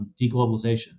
deglobalization